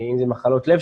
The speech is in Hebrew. אם זה מחלות לב שונות,